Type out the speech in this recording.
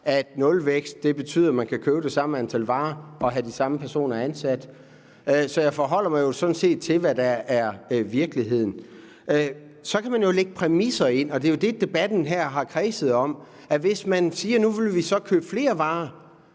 at nulvækst betyder, at man kan købe det samme antal varer og have de samme personer ansat. Så jeg forholder mig jo sådan set til, hvad der er virkeligheden. Man kan så lægge præmisser ind, og det er jo det, debatten her har kredset om. Hvis man siger, at vi nu vil købe flere varer,